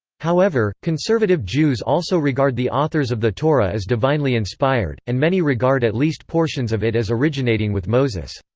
however, conservative jews also regard the authors of the torah as divinely inspired, and many regard at least portions of it as originating with moses.